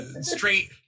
straight